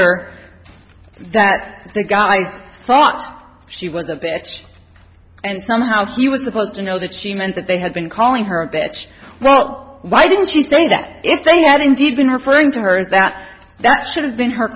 herder that the guys thought she was a bitch and somehow he was supposed to know that she meant that they had been calling her a bitch well why didn't she say that if they had indeed been referring to her as that that should have been her